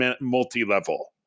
multi-level